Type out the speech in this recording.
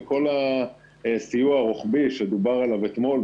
וכל הסיוע הרוחבי שדובר עליו אתמול,